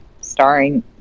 starring